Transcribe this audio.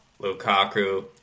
Lukaku